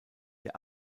der